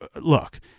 look